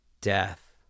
death